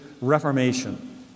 Reformation